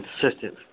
consistent